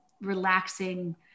relaxing